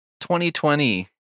2020